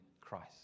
Christ